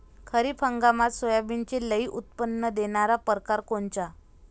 खरीप हंगामात सोयाबीनचे लई उत्पन्न देणारा परकार कोनचा?